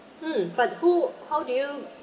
mm but who how do you